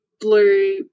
blue